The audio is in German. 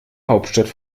hauptstadt